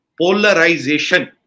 polarization